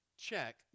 check